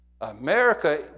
America